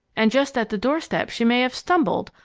and just at the doorstep she may have stumbled,